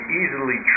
easily